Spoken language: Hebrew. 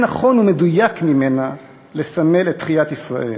ואין נכון ומדויק ממנה לסמל את תחיית ישראל.